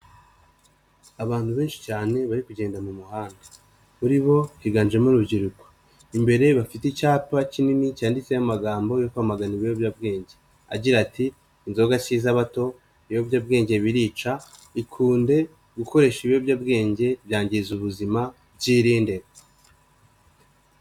Abantu benshi cyane bari kugenda mu muhanda, muri bo higanjemo urubyiruko, imbere bafite icyapa kinini cyanditseho amagambo yo kwamagana ibiyobyabwenge, agira ati inzoga si z'abato, ibiyobyabwenge birica, ikunde, gukoresha ibiyobyabwenge byangiza ubuzima, byirinde.